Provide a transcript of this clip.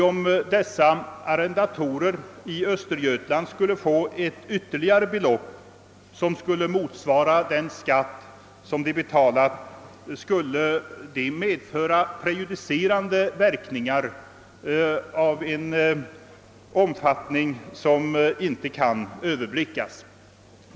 Om dessa arrendatorer i Östergötland skulle få ett ytterligare belopp, som motsvarade den skatt de betalat, skulle det nämligen få prejudicerande verkningar av en omfattning som inte kan Ööverblickas.